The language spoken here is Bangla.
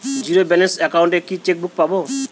জীরো ব্যালেন্স অ্যাকাউন্ট এ কি চেকবুক পাব?